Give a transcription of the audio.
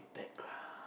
background